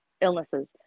illnesses